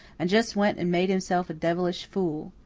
and just went and made himself a devilish fool.